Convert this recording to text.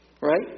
Right